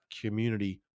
community